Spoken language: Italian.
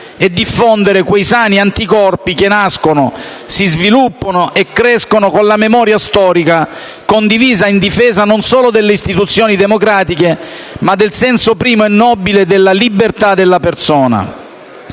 e diffondere quei sani anticorpi che nascono, si sviluppano e crescono con la memoria storica condivisa in difesa non solo delle istituzioni democratiche, ma anche del senso primo e nobile della libertà della persona.